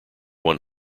one